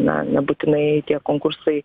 na nebūtinai tie konkursai